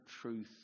truth